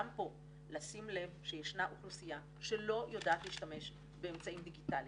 גם פה לשים לב שישנה אוכלוסייה שלא יודעת להשתמש באמצעים דיגיטליים.